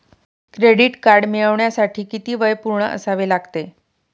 Credit card मिळवण्यासाठी किती वय पूर्ण असावे लागते?